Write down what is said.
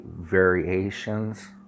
variations